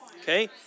okay